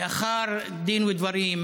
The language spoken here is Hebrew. לאחר דין ודברים,